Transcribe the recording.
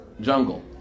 jungle